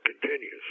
continues